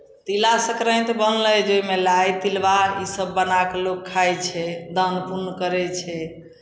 तिला संक्राइत बनलै जाहिमे लाइ तिलवा इसभ बना कऽ लोक खाइ छै दान पुण्य करै छै